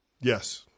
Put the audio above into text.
Yes